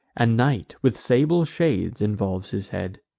and night, with sable shades, involves his head.